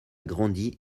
grandi